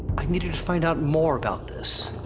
i needed to find out more about this.